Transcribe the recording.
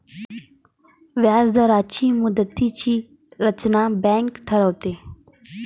व्याजदरांची मुदतीची रचना बँक ठरवते